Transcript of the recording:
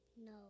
No